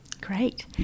Great